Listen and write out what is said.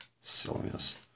Silliness